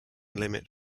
limit